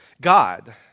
God